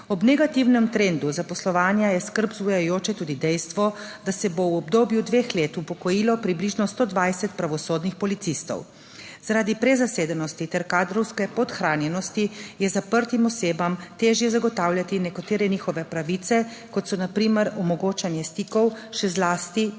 Ob negativnem trendu zaposlovanja je skrb vzbujajoče tudi dejstvo, da se bo v obdobju dveh let upokojilo približno 120 pravosodnih policistov. Zaradi prezasedenosti ter kadrovske podhranjenosti je zaprtim osebam težje zagotavljati nekatere njihove pravice, kot so na primer omogočanje stikov, še zlasti ob obiskih